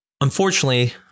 Unfortunately